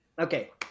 Okay